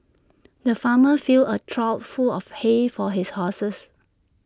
the farmer filled A trough full of hay for his horses